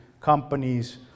companies